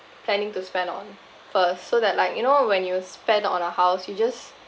planning to spend on first so that like you know when you spend on a house you just